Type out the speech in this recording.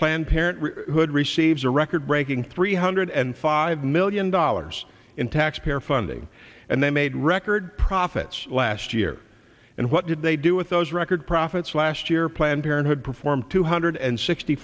plan parent hood receives a record breaking three hundred and five million dollars in taxpayer funding and they made record profits last year and what did they do with those record profits last year planned parenthood perform two hundred and sixty